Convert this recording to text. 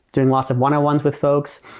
doing lots of one-on-ones with folks.